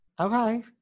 Okay